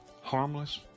Harmless